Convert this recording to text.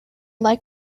like